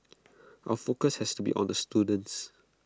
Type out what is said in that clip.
our focus has to be on the students